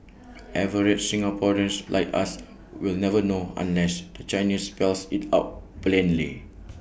average Singaporeans like us will never know unless the Chinese spells IT out plainly